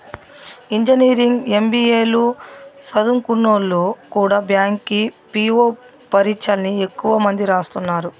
engineering, MBA లు సదుంకున్నోల్లు కూడా బ్యాంకి పీ.వో పరీచ్చల్ని ఎక్కువ మంది రాస్తున్నారు